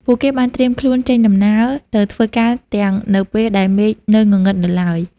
ពួកគេបានត្រៀមខ្លួនចេញដំណើរទៅធ្វើការទាំងនៅពេលដែលមេឃនៅងងឹតនៅឡើយ។